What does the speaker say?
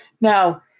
Now